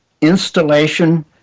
installation